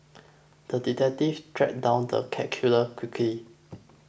the detective tracked down the cat killer quickly